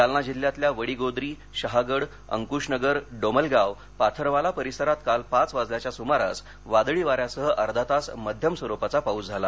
जालना जिल्ह्यातल्या वडीगोद्री शहागड अंकूशनगर डोमलगाव पाथरवाला परिसरात काल पाच वाजेच्या सुमारास वादळी वाऱ्यासह अर्धातास मध्यम स्वरुपाचा पाऊस झाला